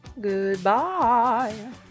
Goodbye